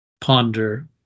ponder